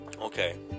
okay